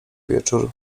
wieczór